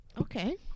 okay